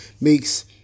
makes